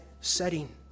setting